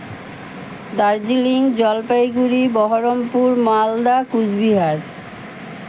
Darjeeling Jalpaiguri Baharampur Malda Cooch Behar